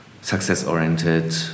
success-oriented